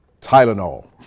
tylenol